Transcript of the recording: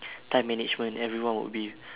time management everyone would be